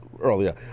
Earlier